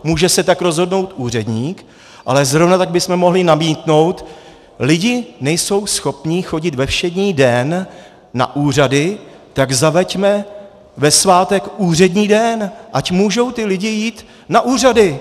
Může se tak rozhodnout úředník, ale zrovna tak bychom mohli namítnout, že lidé nejsou schopni chodit ve všední den na úřady, tak zaveďme ve svátek úřední den, ať mohou lidé jít na úřady.